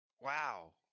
Wow